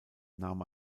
nahm